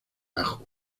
ajo